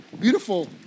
beautiful